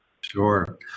Sure